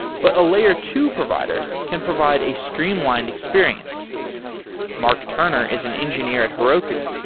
but a layer two provider can provide a streamlined experience mark turner is an engineer at heroku.